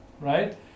right